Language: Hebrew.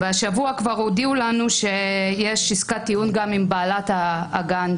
והשבוע כבר הודיעו לנו שיש עסקת טיעון גם עם בעלת הגן.